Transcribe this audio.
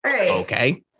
Okay